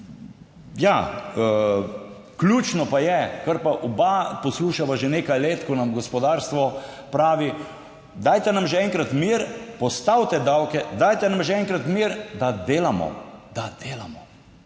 Ja, ključno pa je, kar pa oba poslušava že nekaj let, ko nam gospodarstvo pravi, dajte nam že enkrat mir, postavite davke, dajte nam že enkrat mir, da delamo, da delamo.